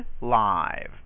live